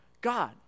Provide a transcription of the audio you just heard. God